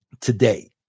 today